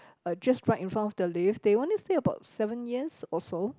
uh just right in front the lift they only stay about seven years or so